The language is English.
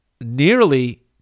nearly